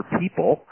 people